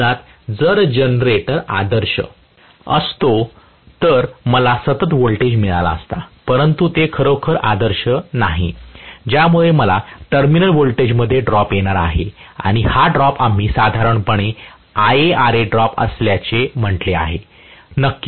मुळात जर जनरेटर आदर्श असतो तर मला सतत व्होल्टेज मिळाला असता परंतु ते खरोखरच आदर्श नाही ज्यामुळे मला टर्मिनल व्होल्टेजमध्ये ड्रॉप येणार आहे आणि हा ड्रॉप आम्ही साधारणपणे IaRa ड्रॉप असल्याचे म्हटले आहे